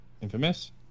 Infamous